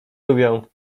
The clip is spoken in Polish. lubią